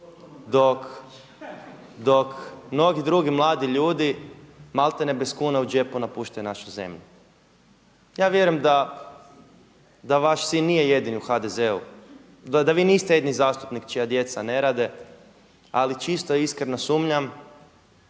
dok mnogi drugi mladi ljudi malte ne bez kune u džepu napuštaju našu zemlju. Ja vjerujem da vaš sin nije jedini u HDZ-u, da vi niste jedini zastupnik čija djeca ne rade, ali čisto iskreno sumnjam